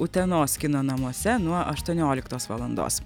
utenos kino namuose nuo aštuonioliktos valandos